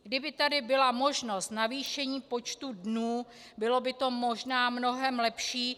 Kdyby tady byla možnost navýšení počtu dnů, bylo by to možná mnohem lepší.